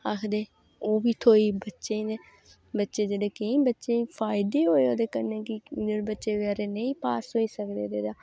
आखदे ओह्बी थ्होई बच्चें ई ते बच्चे जेह्ड़े केईं बच्चें ई फायदे होए ते कन्नै बच्चे बेचारे नेईं पास होई सकदे ते